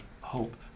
hope